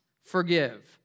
forgive